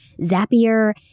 Zapier